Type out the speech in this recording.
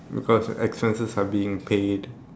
because expenses are being paid